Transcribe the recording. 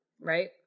right